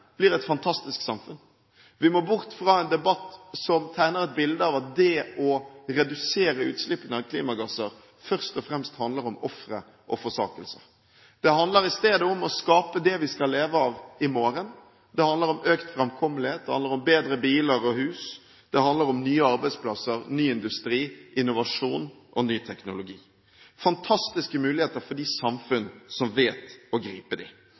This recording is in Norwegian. blir et fantastisk samfunn. Vi må bort fra en debatt som tegner et bilde av at det å redusere utslippene av klimagasser først og fremst handler om ofre og forsakelser. Det handler i stedet om å skape det vi skal leve av i morgen, det handler om økt framkommelighet, det handler om bedre biler og hus, det handler om nye arbeidsplasser, ny industri, innovasjon og ny teknologi. Fantastiske muligheter for de samfunnene som vet å gripe